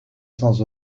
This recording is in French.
sans